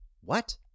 What